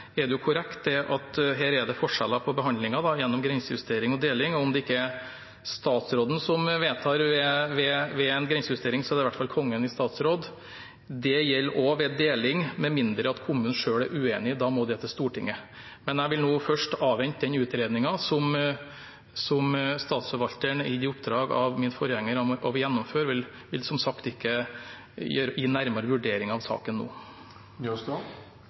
er bedt om å gi sin vurdering av. Det er korrekt at det er forskjeller på behandlingen av grensejustering og deling. Om det ikke er statsråden som vedtar ved en grensejustering, er det i hvert fall Kongen i statsråd. Det gjelder også ved deling, med mindre kommunen selv er uenig. Da må det til Stortinget. Men jeg vil nå først avvente den utredningen som Statsforvalteren er gitt i oppdrag av min forgjenger å gjennomføre, og vil som sagt ikke gi en nærmere vurdering av saken nå.